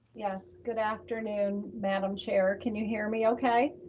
yes, good afternoon. madam chair, can you hear me okay?